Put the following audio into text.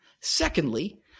Secondly